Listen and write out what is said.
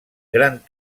gran